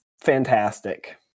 fantastic